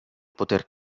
poter